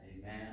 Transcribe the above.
amen